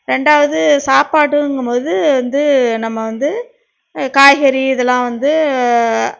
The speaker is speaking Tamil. ரெண்டாவது சாப்பாடுங்கும்போது வந்து நம்ம வந்து காய்கறி இதெல்லாம் வந்து